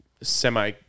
semi